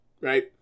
Right